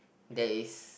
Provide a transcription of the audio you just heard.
there is